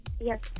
Yes